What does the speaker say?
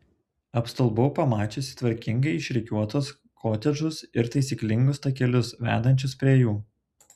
apstulbau pamačiusi tvarkingai išrikiuotus kotedžus ir taisyklingus takelius vedančius prie jų